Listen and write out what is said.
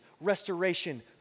restoration